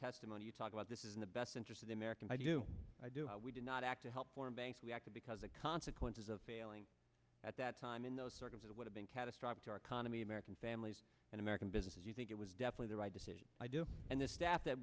testimony you talk about this is in the best interest of the american i do i do we did not act to help foreign banks we acted because the consequences of failing at that time in those circles it would have been catastrophic to our economy american families and american businesses you think it was definitely the right decision i do and the staff that